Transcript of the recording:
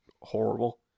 horrible